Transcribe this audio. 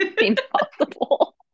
Impossible